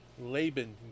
laban